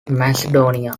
macedonia